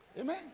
Amen